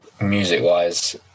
music-wise